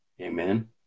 Amen